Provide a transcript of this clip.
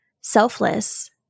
selfless